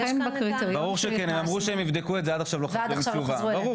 ולכן בקריטריון שהכנסנו --- ברור שכן.